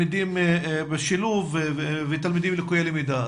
ותלמידים בשילוב ותלמידים לקויי למידה.